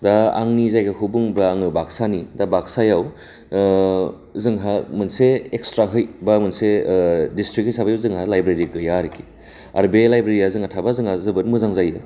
दा आंनि जायगाखौ बुङोब्ला आङो बाक्सानि दा बाक्सायाव ओ जोंहा मोनसे एक्सट्रायै बा मोनसे ओ डिसट्रिक हिसाबै जोंहा लाइब्रेरि गैया आरखि आर बे लाइब्रेरिया थाब्ला जोंहा जोबोद मोजां जायो